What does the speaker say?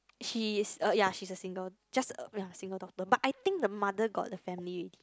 she's a yea she's a single just a yea single daughter but I think the mother got the family already